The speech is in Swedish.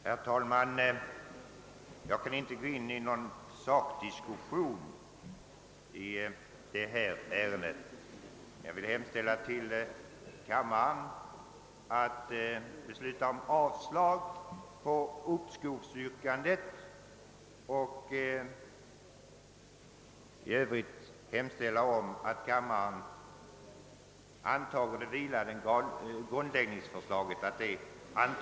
Herr talman! Jag kan inte gå in i någon diskussion i detta ärende. Jag vill hemställa att kammarens ledamöter måtte besluta om avslag på uppskovsyrkandet och i stället antaga det vilande grundlagsändringsförslaget.